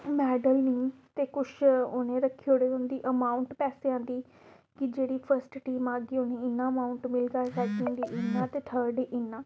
medal निं ते कुछ उ'नें रक्खी ओड़े होंदी अमाउंट पैसें दी कि जेह्ड़ी फर्स्ट टीम आगी उ'नेंगी इन्ना अमाउंट मिलदा सकेंड इन्ना ते थर्ड गी इन्ना